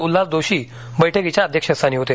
उल्हास जोशी बैठकीच्या अध्यक्षस्थानी होते